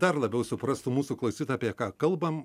dar labiau suprastų mūsų klausytojai apie ką kalbam